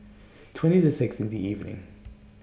twenty to six in The evening